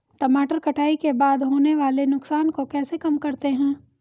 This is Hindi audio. टमाटर कटाई के बाद होने वाले नुकसान को कैसे कम करते हैं?